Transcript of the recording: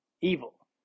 Evil